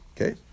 Okay